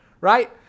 right